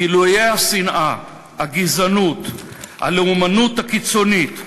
גילויי השנאה, הגזענות, הלאומנות הקיצונית,